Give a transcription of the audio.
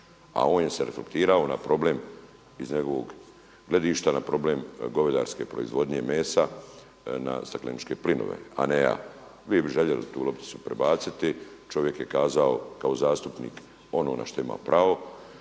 A on se je reflektirao na problem iz njegovog gledišta na problem govedarske proizvodnje mesa na stakleničke plinove a ne ja. Vi bi željeli tu lopticu prebaciti, čovjek je kazao kao zastupnik ono na što ima pravo